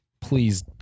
Please